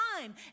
time